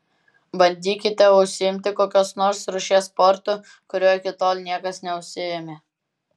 bandykite užsiimti kokios nors rūšies sportu kuriuo iki tol niekas neužsiėmė